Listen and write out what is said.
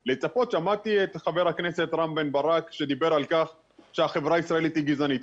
שמעתי את חבר הכנסת רם בן ברק שדיבר על כך שהחברה הישראלית היא גזענית.